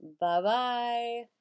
Bye-bye